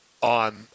on